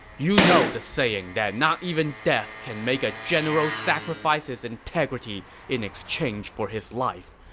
you know the saying that not even death can make a general sacrifice his integrity in exchange for his life.